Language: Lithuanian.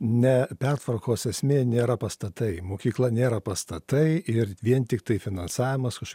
ne pertvarkos esmė nėra pastatai mokykla nėra pastatai ir vien tiktai finansavimas už